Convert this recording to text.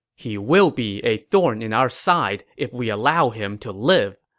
he will be a thorn in our side if we allow him to live.